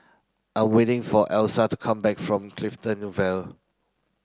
I am waiting for Elyssa to come back from Clifton Vale